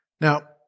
Now